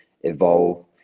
evolve